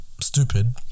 stupid